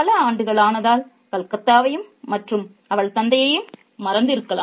பல ஆண்டுகள் ஆனதால் கல்கத்தாவையும் மற்றும் அவள் தந்தையையும் மறந்திருக்கலாம்